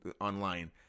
online